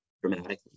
dramatically